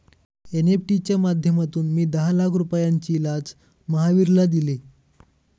NEFT च्या माध्यमातून मी दहा लाख रुपयांची लाच महावीरला दिली